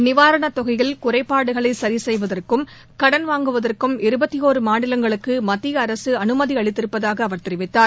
நிவாரணத் தொகையில் குறைபாடுகளை சரிசெய்வதற்கு கடன் வாங்குவதற்கு இருபத்தொரு மாநிலங்களுக்கு மத்திய அரசு அனுமதியளித்திருப்பதாக அவர் கூறினார்